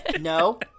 No